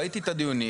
ראיתי את הדיונים.